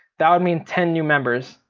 that would mean ten new members.